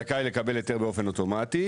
זכאי לקבל היתר באופן אוטומטי,